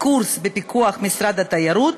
בקורס בפיקוח משרד התיירות,